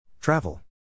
Travel